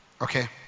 Okay